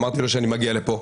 אמרתי לו שאני מגיע לפה.